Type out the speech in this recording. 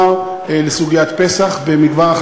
חבר הכנסת גפני, השר מבקש להמשיך את דבריו.